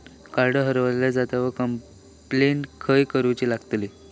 Card हरवला झाल्या complaint खय करूची लागतली?